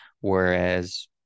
whereas